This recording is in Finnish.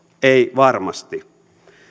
ei varmasti